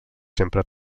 sempre